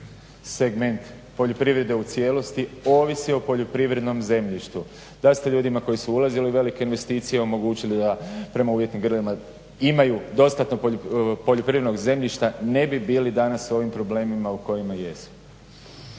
segment poljoprivrede u cijelosti, ovisi o poljoprivrednom zemljištu. Da ste ljudima koji su ulazili u velike investicije omogućili da prema uvjetnim grlima imaju dostatno poljoprivrednog zemljišta ne bi bili danas u ovim problemima u kojima jesmo.